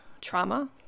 trauma